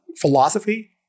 philosophy